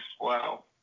wow